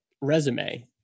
resume